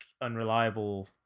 unreliable